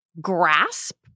grasp